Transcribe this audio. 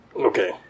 Okay